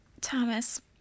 Thomas